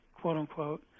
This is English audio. quote-unquote